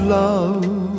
love